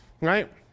right